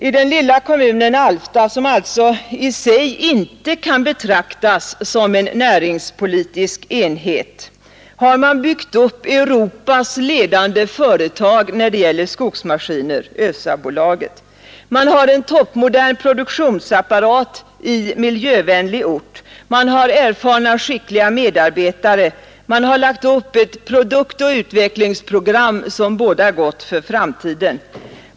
I den lilla kommunen Alfta, med 5 400 invånare, som alltså i sig inte kan betraktas som en näringspolitisk enhet, har man byggt upp Europas ledande företag när det gäller skogsmaskiner, Ösabolaget. Man har en toppmodern produktionsapparat i miljövänlig ort. Man har erfarna, skickliga medarbetare, man har lagt upp ett produktoch utvecklingsprogram som bådar gott för framtiden.